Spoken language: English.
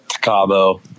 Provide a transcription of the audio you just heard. Cabo